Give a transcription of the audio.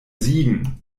siegen